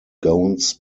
gowns